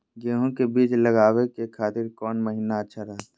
गेहूं के बीज लगावे के खातिर कौन महीना अच्छा रहतय?